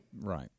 Right